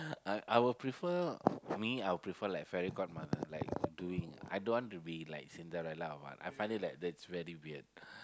I I will prefer me I prefer like fairy god mother like doing I don't want to be like Cinderella or one I find it like that's very weird